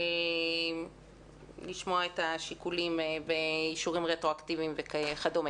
לשמוע את השיקולים, אישורים רטרואקטיביים וכדו'.